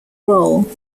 role